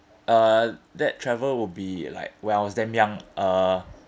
uh that travel would be like when I was damn young uh